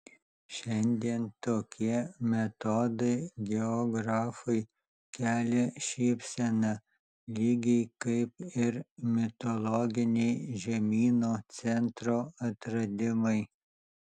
šiandien tokie metodai geografui kelia šypseną lygiai kaip ir mitologiniai žemyno centro atradimai